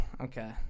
Okay